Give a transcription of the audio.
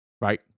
Right